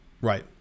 Right